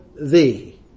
thee